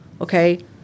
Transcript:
okay